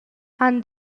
han